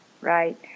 right